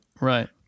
right